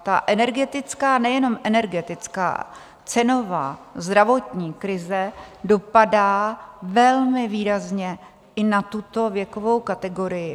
Ta energetická, ale nejenom energetická, ale i cenová, zdravotní krize dopadá velmi výrazně i na tuto věkovou kategorii.